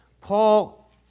Paul